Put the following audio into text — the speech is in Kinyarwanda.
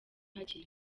hakiri